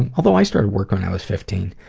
and although i started work when i was fifteen.